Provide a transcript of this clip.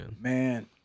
Man